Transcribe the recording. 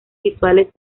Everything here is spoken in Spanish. visuales